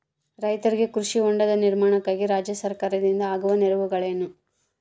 ರೈತರಿಗೆ ಕೃಷಿ ಹೊಂಡದ ನಿರ್ಮಾಣಕ್ಕಾಗಿ ರಾಜ್ಯ ಸರ್ಕಾರದಿಂದ ಆಗುವ ನೆರವುಗಳೇನು?